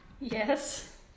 Yes